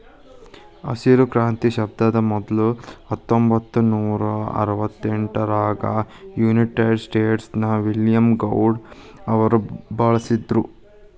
ಹಸಿರು ಕ್ರಾಂತಿ ಶಬ್ದಾನ ಮೊದ್ಲ ಹತ್ತೊಂಭತ್ತನೂರಾ ಅರವತ್ತೆಂಟರಾಗ ಯುನೈಟೆಡ್ ಸ್ಟೇಟ್ಸ್ ನ ವಿಲಿಯಂ ಗೌಡ್ ಅವರು ಬಳಸಿದ್ರು